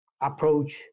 approach